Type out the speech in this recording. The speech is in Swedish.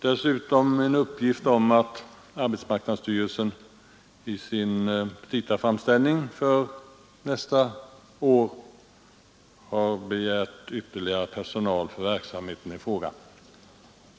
Dessutom innehåller svaret en uppgift om att arbetsmarknadsstyrelsen i sin anslagsframställning för nästa år har begärt ytterligare personal för verksamheten i fråga.